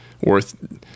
worth